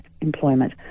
employment